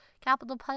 capital